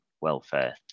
welfare